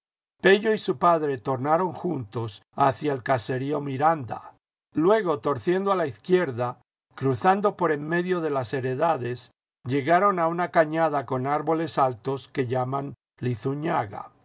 y su padre tornaron juntos hacia el caserío miranda luego torciendo a la izquierda cruzando por en medio de las heredades llegaron a una cañada con árboles altos que llaman